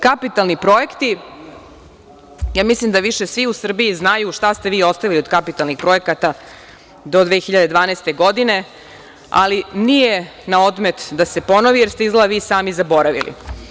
Kapitalni projekti, ja mislim da više svi u Srbiji znaju šta ste vi ostavili od kapitalnih projekata do 2012. godine, ali nije na odmet da se ponovi, jer ste izgleda vi sami zaboravili.